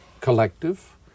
collective